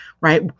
right